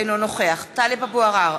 אינו נוכח טלב אבו עראר,